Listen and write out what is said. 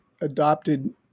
adopted